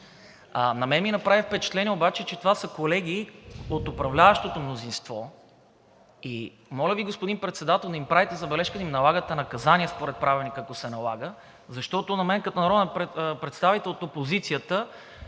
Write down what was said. На мен ми направи впечатление обаче, че това са колеги от управляващото мнозинство. И моля Ви, господин Председател, да им правите забележка и да им налагате наказания според Правилника, ако се налага, защото за мен като народен представител от опозицията